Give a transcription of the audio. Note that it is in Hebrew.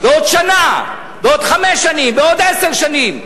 בעוד שנה, בעוד חמש שנים, בעוד עשר שנים,